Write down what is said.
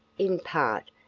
in part,